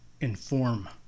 inform